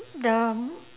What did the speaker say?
the m~